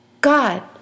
God